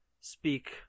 speak